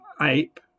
ape